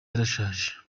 yarashaje